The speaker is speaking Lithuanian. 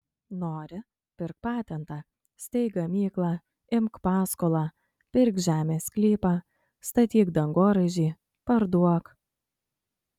nori pirk patentą steik gamyklą imk paskolą pirk žemės sklypą statyk dangoraižį parduok